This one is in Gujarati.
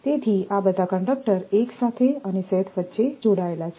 તેથી આ બધા કંડક્ટર એક સાથે અને શેથ વચ્ચે જોડાયેલા છે